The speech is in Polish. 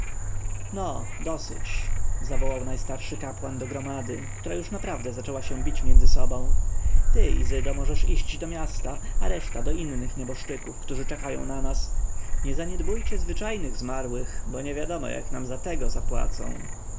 no dosyć zawołał najstarszy kapłan do gromady która już naprawdę zaczęła się bić między sobą ty izydo możesz iść do miasta a reszta do innych nieboszczyków którzy czekają na nas nie zaniedbujcie zwyczajnych zmarłych bo niewiadomo jak nam za tego zapłacą